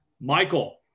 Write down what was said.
Michael